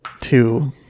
Two